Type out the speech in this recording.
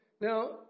now